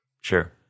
Sure